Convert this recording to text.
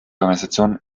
organisation